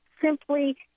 simply